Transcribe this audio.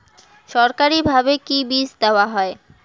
সরকারিভাবে কি বীজ দেওয়া হয়?